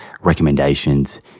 recommendations